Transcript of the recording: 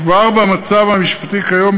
כבר במצב המשפטי כיום,